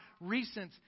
recent